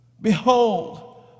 Behold